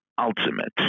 Ultimate